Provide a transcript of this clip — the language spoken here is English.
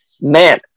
man